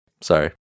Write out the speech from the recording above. sorry